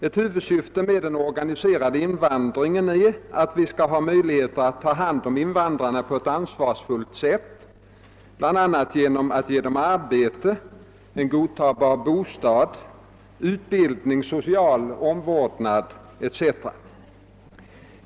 Ett huvudsyfte med den organiserade invandringen är att vi skall ha möjlighet att ta hand om invandrarna på ett ansvarsfullt sätt, bl.a. genom att ge dem arbete och en godtagbar bostad, utbildning, social omvårdnad etc.